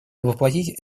воплотить